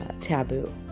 taboo